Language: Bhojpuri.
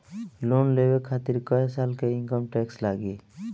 लोन लेवे खातिर कै साल के इनकम टैक्स लागी?